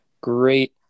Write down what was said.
great